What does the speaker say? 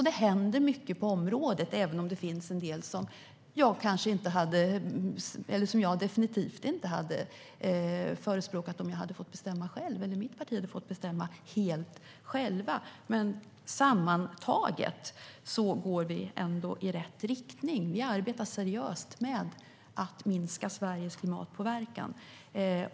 Det händer alltså mycket på området, även om det finns en del som jag definitivt inte hade förespråkat om jag och mitt parti hade fått bestämma helt själva. Men sammantaget går vi ändå i rätt riktning. Vi arbetar seriöst med att minska Sveriges klimatpåverkan.